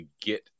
get